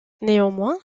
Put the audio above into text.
néanmoins